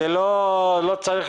זה לא צריך